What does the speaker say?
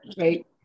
right